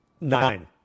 Nine